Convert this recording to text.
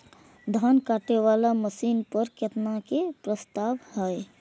धान काटे वाला मशीन पर केतना के प्रस्ताव हय?